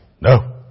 No